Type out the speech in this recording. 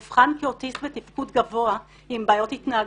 הוא אובחן כאוטיסט בתפקוד גבוה עם בעיות התנהגות.